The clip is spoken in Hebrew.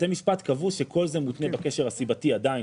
בתי משפט קבעו שכל זה מותנה בקשר הסיבתי עדיין,